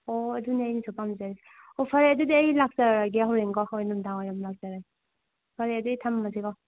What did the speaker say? ꯑꯣ ꯑꯗꯨꯅꯦ ꯑꯩꯅꯁꯨ ꯄꯥꯝꯖꯔꯤꯁꯦ ꯑꯣ ꯐꯔꯦ ꯑꯗꯨꯗꯤ ꯑꯩ ꯂꯥꯛꯆꯔꯒꯦ ꯍꯣꯔꯦꯟꯀꯣ ꯍꯣꯔꯦꯟ ꯅꯨꯡꯗꯥꯡꯋꯥꯏꯔꯝ ꯂꯥꯛꯆꯔꯒꯦ ꯐꯔꯦ ꯑꯗꯨꯗꯤ ꯊꯝꯃꯖꯤꯀꯣ